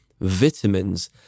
Vitamins